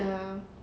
ya